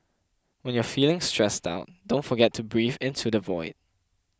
when you are feeling stressed out don't forget to breathe into the void